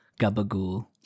Gabagool